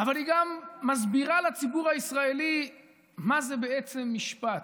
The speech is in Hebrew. אבל היא גם מסבירה לציבור הישראלי מה זה בעצם משפט,